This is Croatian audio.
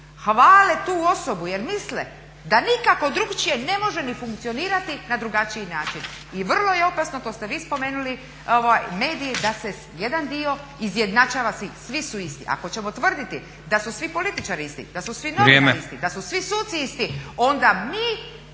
hvale tu osobu jer misle da nikako drukčije ni ne može funkcionirati na drugačiji način. I vrlo je opasno to ste vi spomenuli, mediji da se jedan dio izjednačava. Svi su isti. Ako ćemo tvrditi da su svi političari isti, da su svi novinari isti … …/Upadica Stazić: